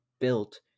built